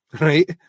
Right